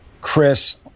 Chris